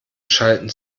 schalten